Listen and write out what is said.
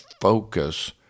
focus